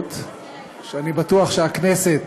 מבורכות שאני בטוח שהכנסת